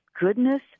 goodness